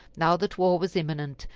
now that war was imminent,